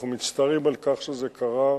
אנחנו מצטערים על כך שזה קרה.